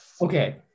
Okay